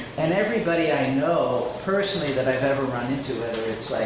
and everybody i know personally that i've ever run into, whether it's